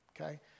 okay